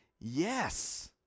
yes